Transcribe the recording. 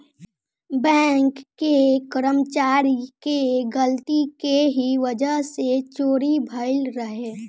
bank के कर्मचारी के गलती के ही वजह से चोरी भईल रहे